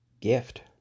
gift